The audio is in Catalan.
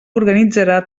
organitzarà